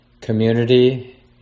community